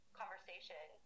conversation